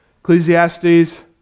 Ecclesiastes